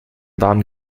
warmen